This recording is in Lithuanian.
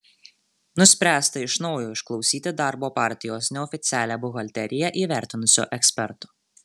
nuspręsta iš naujo išklausyti darbo partijos neoficialią buhalteriją įvertinusio eksperto